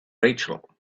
rachel